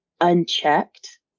unchecked